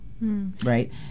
right